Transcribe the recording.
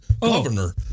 governor